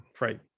right